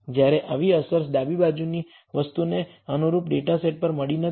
જ્યારે આવી અસર ડાબી બાજુની વસ્તુને અનુરૂપ ડેટા સેટ પર મળી નથી